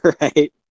right